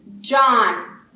John